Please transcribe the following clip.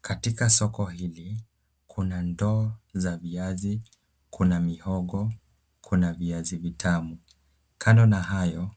Katika soko hili kuna ndoo za viazi, kuna mihogo, kuna viazi vitamu. Kando na hayo